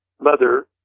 mother